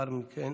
לאחר מכן,